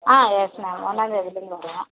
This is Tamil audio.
ஆ எஸ் மேம் ஒன்றாந்தேதிலேருந்து வருவான்